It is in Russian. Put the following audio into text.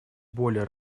более